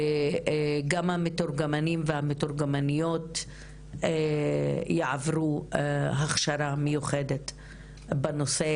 גם המתורגמנים והמתורגמניות יעברו הכשרה מיוחדת בנושא,